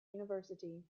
university